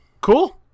cool